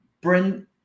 bring